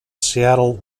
seattle